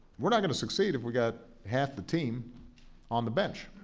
we're not going to succeed if we got half the team on the bench,